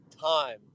time